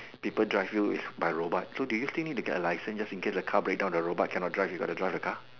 people drive you is by robot so do you still need to get a license just in case the car break down the robot can not drive you got to drive the car